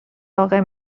واقع